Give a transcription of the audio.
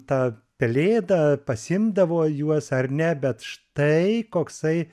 ta pelėda pasiimdavo juos ar ne bet štai koksai